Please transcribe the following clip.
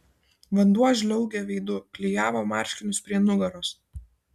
vanduo žliaugė veidu klijavo marškinius prie nugaros